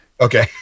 Okay